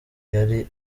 yari